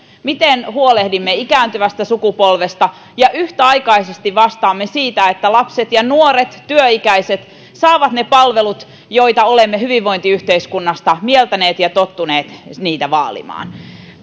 miten huolehdimme ikääntyvästä sukupolvesta ja yhtäaikaisesti vastaamme siitä että lapset nuoret ja työikäiset saavat ne palvelut joita olemme hyvinvointiyhteiskuntaan mieltäneet ja tottuneet vaalimaan